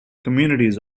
communities